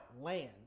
land